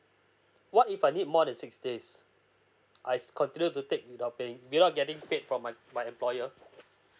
what if I need more than six days I continue to take without paying without getting paid from my my employer